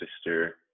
Sister